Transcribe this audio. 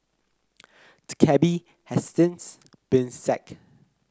the cabby has since been sacked